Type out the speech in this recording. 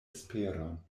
esperon